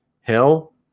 Hell